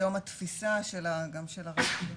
היום התפיסה גם של העבריינות אצלנו,